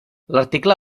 article